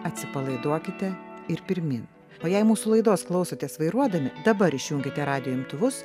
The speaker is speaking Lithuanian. atsipalaiduokite ir pirmyn o jei mūsų laidos klausotės vairuodami dabar išjunkite radijo imtuvus